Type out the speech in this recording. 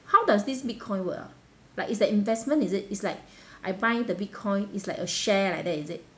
how does this bitcoin work ah like it's the investment is it it's like I buy the bitcoin is like a share like that is it